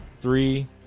Three